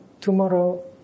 tomorrow